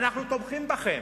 אנחנו תומכים בכם,